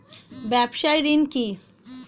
ব্যবসায় ঋণ কি?